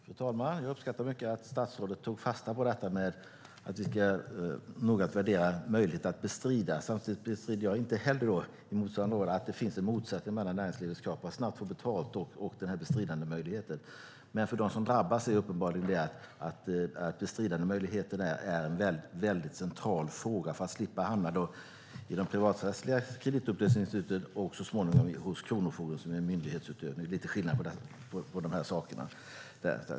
Fru talman! Jag uppskattar mycket att statsrådet tog fasta på detta att vi noggrant ska värdera möjligheten att bestrida. Samtidigt bestrider jag inte att det finns en motsättning mellan näringslivets krav på att snabbt få betalt och den bestridandemöjligheten. Men för dem som drabbas är uppenbarligen bestridandemöjligheten en mycket central fråga för att slippa hamna i de privaträttsliga kreditupplysningsregistren och så småningom hos kronofogden, som är en myndighet. Det är lite skillnad på de sakerna.